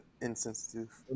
insensitive